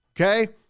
Okay